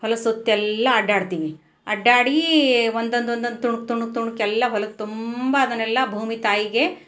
ಹೊಲದ ಸುತ್ತೆಲ್ಲ ಅಡ್ಡಾಡ್ತೀವಿ ಅಡ್ಡಾಡಿ ಒಂದೊಂದು ಒಂದೊಂದು ತುಣುಕ್ ತುಣುಕ್ ತುಣುಕ್ ಎಲ್ಲ ಹೊಲದ ತುಂಬ ಅದನ್ನೆಲ್ಲ ಭೂಮಿ ತಾಯಿಗೆ